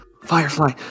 Firefly